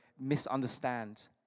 misunderstand